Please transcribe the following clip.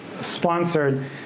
sponsored